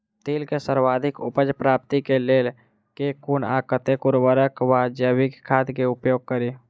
तिल केँ सर्वाधिक उपज प्राप्ति केँ लेल केँ कुन आ कतेक उर्वरक वा जैविक खाद केँ उपयोग करि?